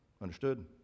Understood